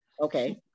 Okay